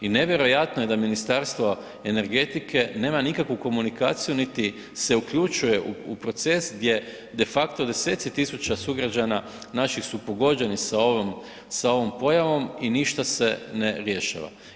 I nevjerojatno je da Ministarstvo energetike nema nikakvu komunikaciju, niti se uključuje u proces gdje defakto deseci tisuća sugrađana naših su pogođeni sa ovom, sa ovom pojavom i ništa se ne rješava.